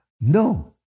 no